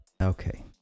Okay